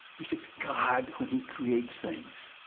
you see, god, when he creates things,